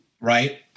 right